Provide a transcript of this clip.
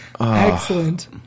Excellent